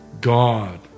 God